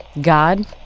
God